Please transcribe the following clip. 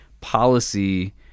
policy